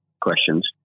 questions